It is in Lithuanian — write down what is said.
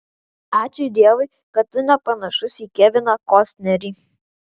ačiū dievui kad tu nepanašus į keviną kostnerį